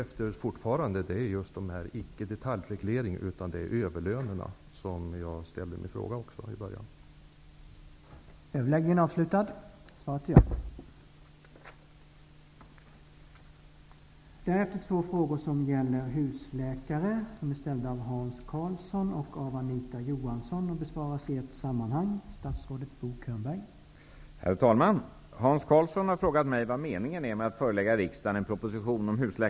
Jag är fortfarande inte ute efter detaljreglering utan reagerar mot överlönerna, som jag också från början ställde min fråga om.